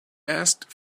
asked